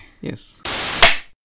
Yes